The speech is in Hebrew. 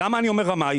למה אני אומר רמאי.